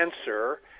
answer